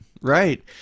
right